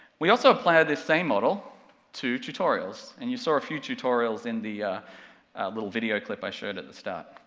we also apply this same model to tutorials, and you saw a few tutorials in the little video clip i showed at the start.